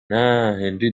هنری